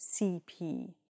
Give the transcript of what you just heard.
CP